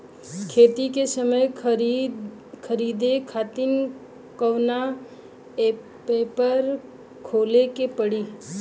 खेती के समान खरीदे खातिर कवना ऐपपर खोजे के पड़ी?